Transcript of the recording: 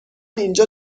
اینجا